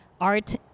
art